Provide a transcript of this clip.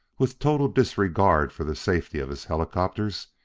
with total disregard for the safety of his helicopters,